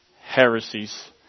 heresies